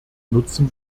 nutzen